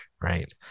right